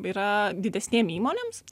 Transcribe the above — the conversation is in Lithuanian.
yra didesnėm įmonėms